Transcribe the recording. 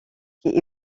qui